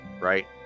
right